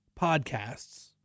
podcasts